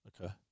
Okay